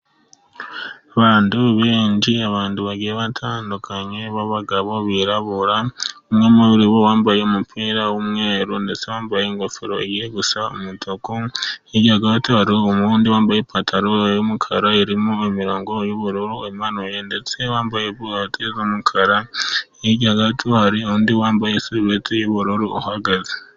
Bantu benshi abantu bagiye batandukanye b'abagabo birabura. Umwe muri bo wambaye umupira w'umweru ,wambaye ingofero ijyagusa umutuku ,hirya gato hari umuhungu wambaye ipantaro y'umukara irimo imirongo y'ubururu imanuye, ndetse wambaye inkweto z'umukara, hirya gato harundi wambaye isarubeti y'ubururu uhagaze.